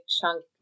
chunk